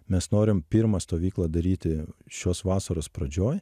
mes norim pirmą stovyklą daryti šios vasaros pradžioj